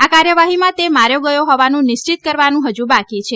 આ કાર્યવાહીમાં તે માર્યો ગયો હોવાનું નિશ્ચિત કરવાનું હજી બાકી છે